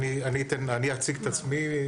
כן, אני אציג את עצמי.